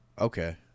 Okay